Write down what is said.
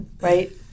right